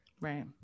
Right